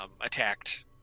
attacked